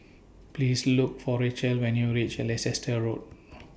Please Look For Racheal when YOU REACH Leicester Road